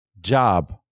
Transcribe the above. job